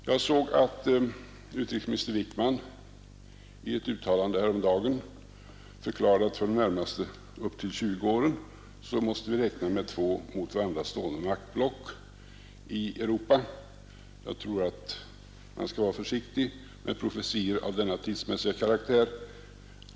Jag såg att utrikesminister Wickman i ett uttalande häromdagen förklarat att för de närmaste upp till 20 åren måste vi räkna med två mot varandra stående maktblock i Europa. Jag tror att man skall vara försiktig med profetior av denna tidsmässiga karaktär.